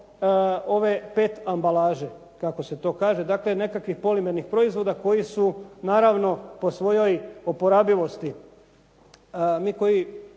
ove pet ambalaže kako se to kaže, dakle nekakvih polimernih proizvoda koji su naravno po svojoj oporabivosti, mi koji